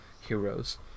Heroes